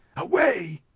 away!